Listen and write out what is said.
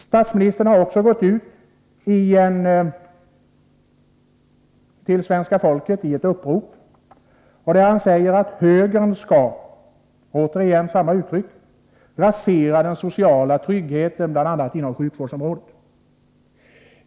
Statsministern har också gått ut till svenska folket i ett upprop och sagt att högern skall — återigen samma uttryck — rasera den sociala tryggheten bl.a. inom sjukvårdsområdet.